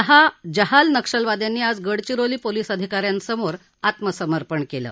सहा जहाल नक्षलवाद्यांनी आज गडचिरोली पोलीस अधिकाऱ्यांसमोर आत्मसमर्पण केलं